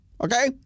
Okay